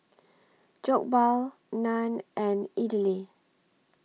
Jokbal Naan and Idili